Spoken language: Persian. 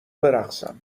برقصم